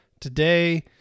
Today